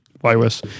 virus